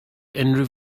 unrhyw